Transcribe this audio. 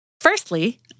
Firstly